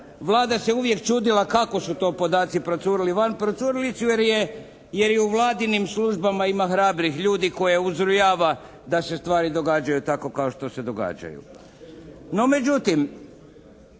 Vlada se uvijek čudila kako su to podaci procurili van. Procurili su jer je i u Vladinim službama ima hrabri ljudi koje uzrujava da se stvari događaju tako kao što se događaju. No međutim